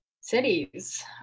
Cities